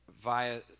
via